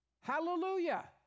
Hallelujah